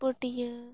ᱯᱟᱹᱴᱤᱭᱟᱹ